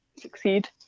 succeed